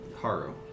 Haru